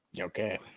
Okay